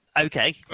Okay